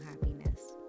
happiness